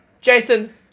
Jason